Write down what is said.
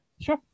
sure